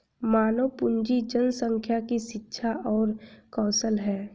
मानव पूंजी जनसंख्या की शिक्षा और कौशल है